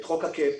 את חוק הקאפ,